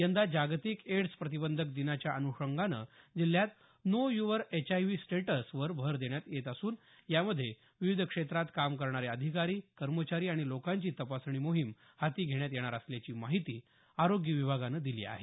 यंदा जागतिक एड्स प्रतिबंधक दिनाच्या अनुषंगानं जिल्ह्यात नो युअर एचआयव्ही स्टेटसवर भर देण्यात येत असून यामध्ये विविध क्षेत्रात काम करणारे अधिकारी कर्मचारी आणि लोकांची तपासणी मोहीम हाती घेण्यात येणार असल्याची माहिती आरोग्य विभागानं दिली आहे